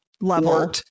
level